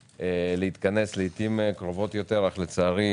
אך, לצערי,